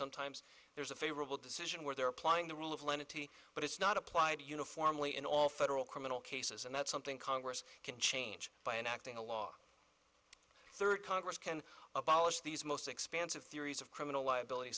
sometimes there's a favorable decision where they're applying the rule of lenity but it's not applied uniformly in all federal criminal cases and that's something congress can change by enacting a law third congress can abolish these most expansive theories of criminal liability